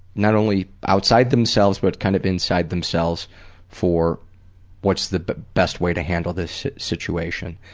not only outside themselves, but kind of inside themselves for what's the best way to handle this situation,